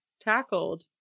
Tackled